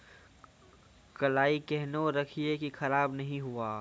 कलाई केहनो रखिए की खराब नहीं हुआ?